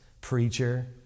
preacher